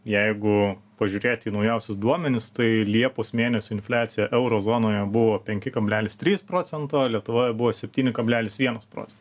jeigu pažiūrėti į naujausius duomenis tai liepos mėnesio infliacija euro zonoje buvo penki kablelis trys procento lietuvoje buvo septyni kablelis vienas procento